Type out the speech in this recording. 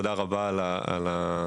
תודה רבה על ההזמנה,